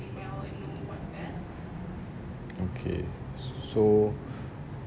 okay s~ so